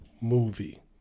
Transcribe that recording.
movie